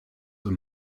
und